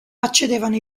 accedevano